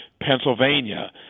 Pennsylvania